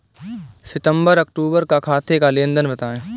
सितंबर अक्तूबर का खाते का लेनदेन बताएं